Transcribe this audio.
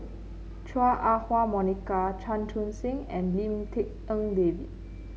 Chua Ah Huwa Monica Chan Chun Sing and Lim Tik En David